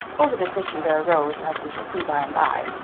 over this issue there arose, as we shall see by and by,